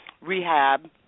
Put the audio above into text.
rehab